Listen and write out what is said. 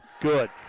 Good